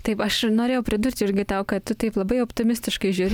taip aš norėjau pridurti irgi tau kad tu taip labai optimistiškai žiūri